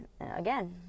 again